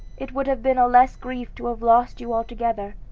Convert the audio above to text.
it would have been a less grief to have lost you altogether!